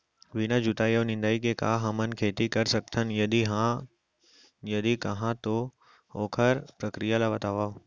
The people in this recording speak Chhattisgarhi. बिना जुताई अऊ निंदाई के का हमन खेती कर सकथन, यदि कहाँ तो ओखर प्रक्रिया ला बतावव?